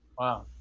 Wow